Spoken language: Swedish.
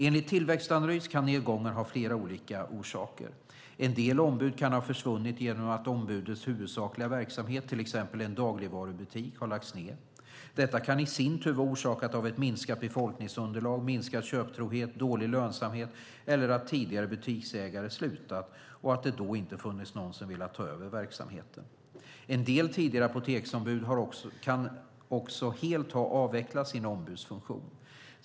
Enligt Tillväxtanalys kan nedgången ha flera olika orsaker. En del ombud kan ha försvunnit genom att ombudets huvudsakliga verksamhet, till exempel en dagligvarubutik, har lagts ned. Detta kan i sin tur vara orsakat av ett minskat befolkningsunderlag, minskad köptrohet, dålig lönsamhet eller att tidigare butiksägare slutat och att det då inte har funnits någon som velat ta över verksamheten. En del tidigare apoteksombud kan också helt ha avvecklat sin ombudsfunktion.